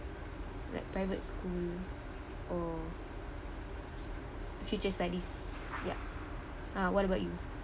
like private school or future studies yup ah what about you